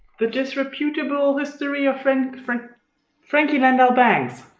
the disreputable history of franky franky franky landau banks.